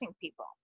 people